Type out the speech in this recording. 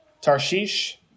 Tarshish